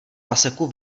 paseku